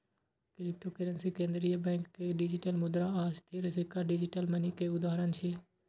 cryptocurrency, केंद्रीय bank के digital मुद्रा आ स्थिर सिक्का डिजिटल मनी के उदाहरण छियै